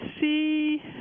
see